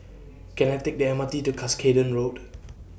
Can I Take The M R T to Cuscaden Road